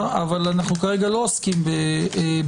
אבל אנחנו כרגע לא עוסקים בחוק.